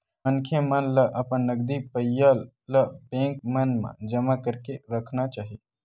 मनखे मन ल अपन नगदी पइया ल बेंक मन म जमा करके राखना चाही